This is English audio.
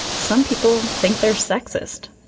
some people think they're sexist.